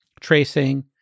tracing